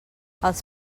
els